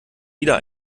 wieder